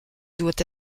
doit